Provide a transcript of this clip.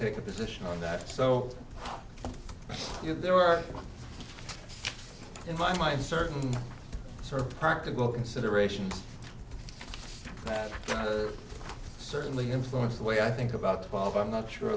take a position on that so you there were in my mind certain sort of practical considerations certainly influenced the way i think about twelve i'm not sure